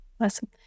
Awesome